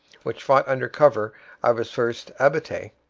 which fought under cover of his first abattis,